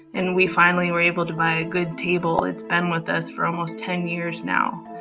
and we finally were able to buy a good table, it's been with us for almost ten years now.